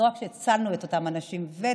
אז לא רק שהצלנו את אותם אנשים ואת